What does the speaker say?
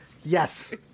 Yes